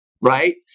right